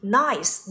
nice